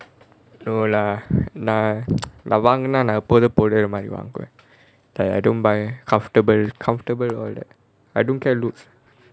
no lah நான் நான் வாங்குன நான் எப்போதும் போடுறது மாதிரி வாங்குவேன்:naan naan vaanguna naan epothum podurathu maathiri vaanguvaen err don't buy comfortable comfortable or that I don't care looks